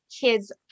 kids